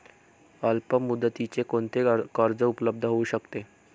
अल्पमुदतीचे कोणते कर्ज उपलब्ध होऊ शकते?